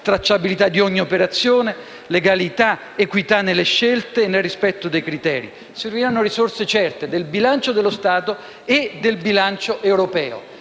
tracciabilità di ogni operazione, legalità, equità nelle scelte e rispetto dei criteri. Serviranno risorse certe del bilancio dello Stato e del bilancio europeo.